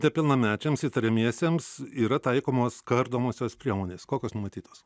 nepilnamečiams įtariamiesiems yra taikomos kardomosios priemonės kokios numatytos